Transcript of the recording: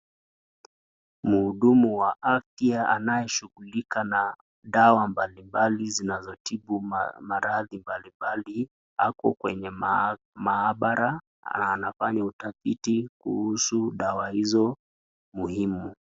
Mhudumu wa afya anayeshughulika na dawa mbalimbali zinazotibu maradhi mbalimbali ako kwenye maabara na anafanya utafiti kuhusu dawa hizo muhimu.